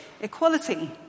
equality